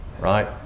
right